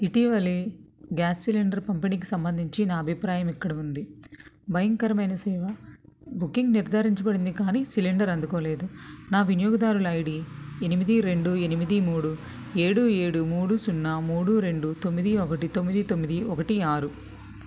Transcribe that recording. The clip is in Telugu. ఇటీవలి గ్యాస్ సిలిండర్ పంపిణీకి సంబంధించి నా అభిప్రాయం ఇక్కడ ఉంది భయంకరమైన సేవ బుకింగ్ నిర్ధారించబడింది కానీ సిలిండర్ అందుకోలేదు నా వినియోగదారుల ఐ డి ఎనిమిది రెండు ఎనిమిది మూడు ఏడు ఏడు మూడు సున్నా మూడు రెండు తొమ్మిది ఒకటి తొమ్మిది తొమ్మిది ఒకటి ఆరు